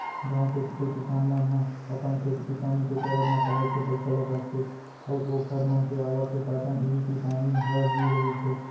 गांव कोती के किसान मन ह अपन खेती किसानी के करब म काहेच के पइसा लगाथे अऊ ओखर मन के आवक के साधन इही किसानी ह ही रहिथे